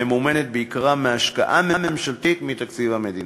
ממומנת בעיקרה מהשקעה ממשלתית מתקציב המדינה.